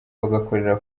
bagakorera